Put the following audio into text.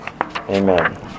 Amen